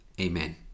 Amen